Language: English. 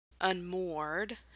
unmoored